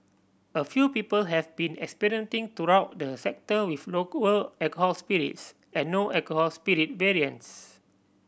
a few people have been experimenting throughout the sector with local alcohol spirits and no alcohol spirit variants